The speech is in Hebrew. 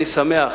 אני שמח